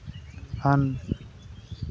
ᱟᱱ